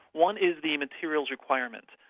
one is the materials requirement.